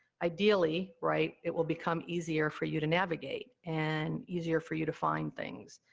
ideally, right, it will become easier for you to navigate, and easier for you to find things,